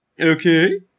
Okay